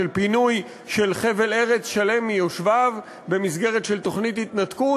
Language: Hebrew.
של פינוי חבל-ארץ שלם מיושביו במסגרת של תוכנית התנתקות,